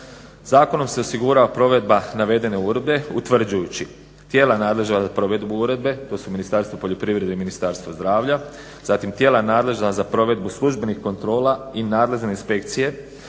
Zakonom se osigurava provedba navedene uredbe utvrđujući tijela nadležna za provedbu uredbe. To su Ministarstvo poljoprivrede i Ministarstvo zdravlja, zatim tijela nadležna za provedbu službenih kontrola i nadležne inspekcije,